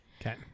Okay